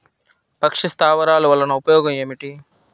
పక్షి స్థావరాలు వలన ఉపయోగం ఏమిటి?